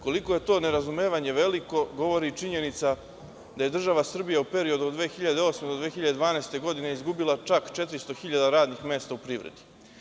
Koliko je to nerazumevanje veliko govori činjenica da je država Srbija u periodu od 2008. do 2012. godine izgubila čak 400 hiljada radnih mesta u privredi.